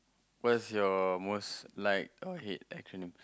what's your most like or hate acronym